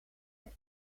een